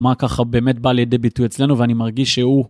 מה ככה באמת בא לידי ביטוי אצלנו, ואני מרגיש שהוא...